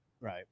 right